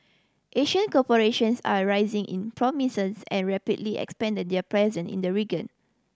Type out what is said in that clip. Asian corporations are a rising in prominence and rapidly expanding their presence in the region